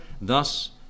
Thus